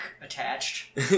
attached